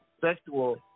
sexual